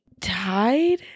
tied